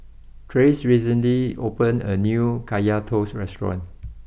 Trace recently opened a new Kaya Toast restaurant